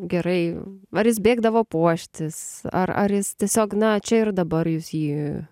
gerai ar jis bėgdavo puoštis ar ar jis tiesiog na čia ir dabar jūs jį